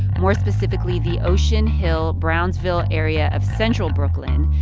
more specifically, the ocean hill-brownsville area of central brooklyn.